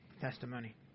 testimony